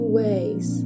ways